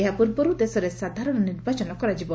ଏହାପୂର୍ବରୁ ଦେଶରେ ସାଧାରଣ ନିର୍ବାଚନ କରାଯିବ